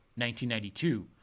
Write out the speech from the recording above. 1992